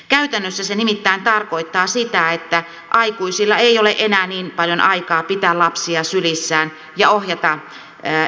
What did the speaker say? käytännössä se nimittäin tarkoittaa sitä että aikuisilla ei ole enää niin paljon aikaa pitää lapsia sylissään ja ohjata erityistukea tarvitsevia